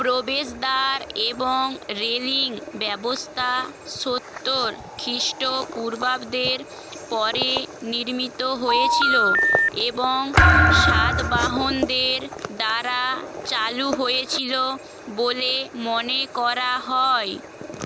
প্রবেশদ্বার এবং রেলিং ব্যবস্থা সত্তর খ্রিস্টপূর্বাব্দের পরে নির্মিত হয়েছিলো এবং সাতবাহনদের দ্বারা চালু হয়েছিলো বলে মনে করা হয়